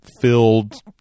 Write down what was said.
filled